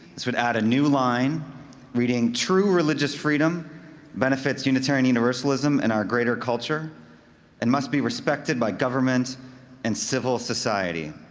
which would add a new line reading true religious freedom benefits unitarian universalism and our greater culture and must be respected by government and civil society.